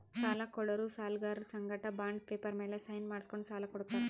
ಸಾಲ ಕೊಡೋರು ಸಾಲ್ಗರರ್ ಸಂಗಟ ಬಾಂಡ್ ಪೇಪರ್ ಮ್ಯಾಲ್ ಸೈನ್ ಮಾಡ್ಸ್ಕೊಂಡು ಸಾಲ ಕೊಡ್ತಾರ್